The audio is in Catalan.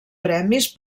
premis